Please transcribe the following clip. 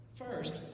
First